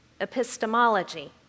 epistemology